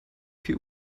viel